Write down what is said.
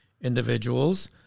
individuals